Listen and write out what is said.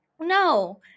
No